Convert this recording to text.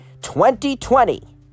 2020